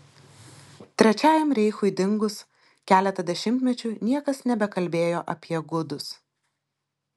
trečiajam reichui dingus keletą dešimtmečių niekas nebekalbėjo apie gudus